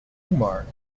umar